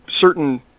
certain